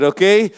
Okay